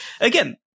again